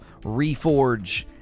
reforge